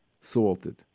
salted